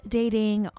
dating